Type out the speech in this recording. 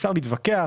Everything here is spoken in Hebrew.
אפשר להתווכח.